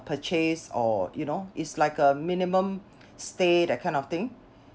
purchase or you know it's like a minimum stay that kind of thing